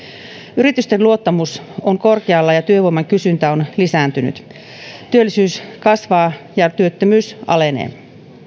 yritysten luottamus on korkealla ja työvoiman kysyntä on lisääntynyt työllisyys kasvaa ja työttömyys alenee